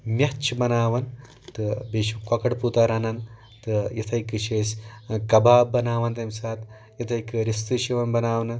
میٚتھ چھِ بناوان تہٕ بیٚیہِ چھِ کۄکرُ پوٗتا رنان تہٕ یِتَھے کٔنۍ چھِ أسۍ کباب بناوان تَمہِ ساتہٕ یِتَھے کٔنۍ رِستہٕ چھِ یِوان بناونہٕ